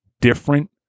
different